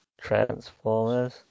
Transformers